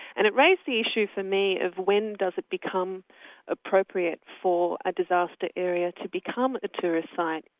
and it raised the issue for me, of when does it become appropriate for a disaster area to become a tourist site?